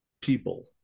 people